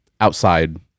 outside